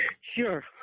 Sure